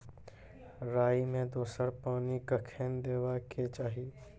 राई मे दोसर पानी कखेन देबा के चाहि?